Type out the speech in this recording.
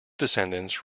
descendants